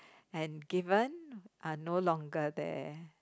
and given are no longer there